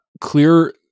clear